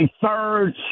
third